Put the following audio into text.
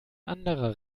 anderer